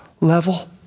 level